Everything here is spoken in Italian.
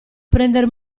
prender